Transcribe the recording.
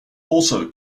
also